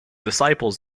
disciples